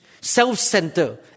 self-centered